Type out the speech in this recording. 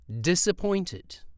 disappointed